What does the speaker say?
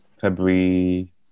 February